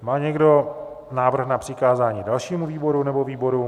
Má někdo návrh na přikázání dalšímu výboru nebo výborům?